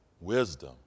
wisdom